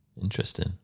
Interesting